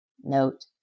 note